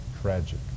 Tragic